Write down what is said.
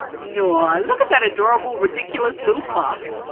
naw, look at that adorable ridiculous little puff!